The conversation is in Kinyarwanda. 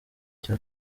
cya